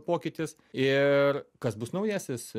pokytis ir kas bus naujasis